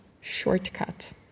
shortcut